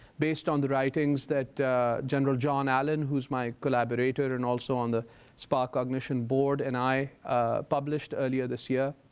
based on the writings that general john allen who is my collaborator and also on the sparkcognition board and i published earlier this year.